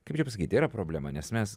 kaip čia pasakyt yra problema nes mes